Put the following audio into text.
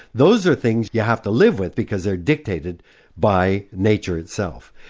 those are things you have to live with because they are dictated by nature itself.